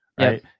right